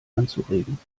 anzuregen